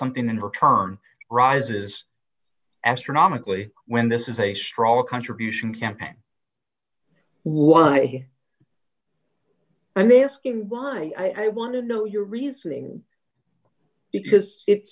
something in return rises astronomically when this is a strong contribution campaign why i mean asking why i want to know your reasoning because it's